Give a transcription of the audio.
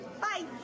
Bye